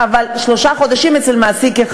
אבל שלושה חודשים אצל מעסיק אחד.